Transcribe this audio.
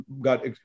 got